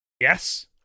Yes